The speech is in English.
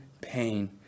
pain